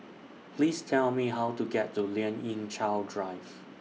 Please Tell Me How to get to Lien Ying Chow Drive